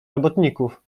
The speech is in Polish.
robotników